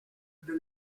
del